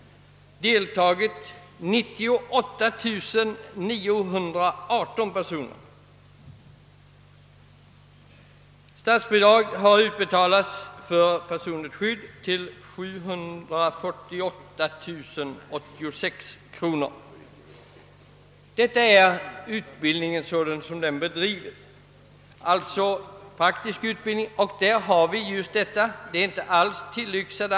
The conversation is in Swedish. I denna utbildning deltog 98918 personer. Till kurserna i personligt skydd har ett statsbidrag av 748 086 kronor utbetalats 1965/66. Detta är utbildningen sådan den nu bedrivs. Motionsyrkandet är inte på något sätt tillyxat.